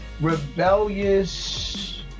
Rebellious